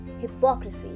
Hypocrisy